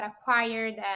acquired